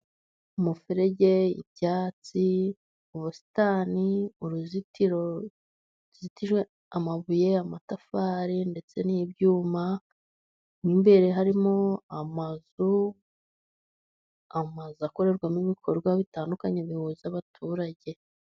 Umferege, ibyatsi, ubusitani, uruzitiro ruzitijwe amabuye, amatafari ndetse n'ibyuma. Mo imbere harimo amazu akorerwamo ibikorwa bitandukanye bihuza abaturage.